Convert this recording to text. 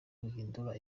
ruhindura